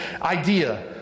idea